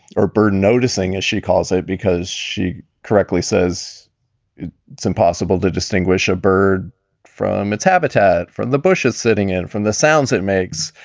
or bird noticing, as she calls it, because she correctly says it's impossible to distinguish a bird from its habitat, from the bushes sitting in from the sounds it makes.